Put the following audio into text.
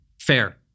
fair